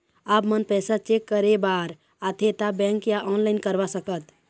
आपमन पैसा चेक करे बार आथे ता बैंक या ऑनलाइन करवा सकत?